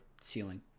ceiling